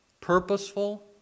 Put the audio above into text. Purposeful